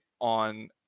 on